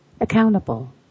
accountable